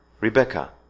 REBECCA